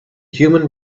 human